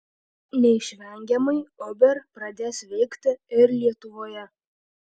neišvengiamai uber pradės veikti ir lietuvoje